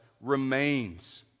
remains